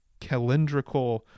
calendrical